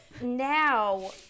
now